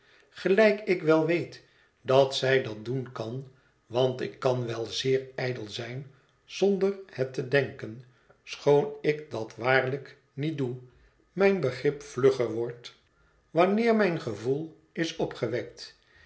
gelijk ik wel weet dat zij dat doen kan want ik kan wel zeer ijdel zijn zonder het te denken schoon ik dat waarlijk niet doe mijn begrip vlugger wordt wanneer mijn gevoel is opgewekt